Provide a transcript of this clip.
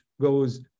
goes